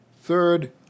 Third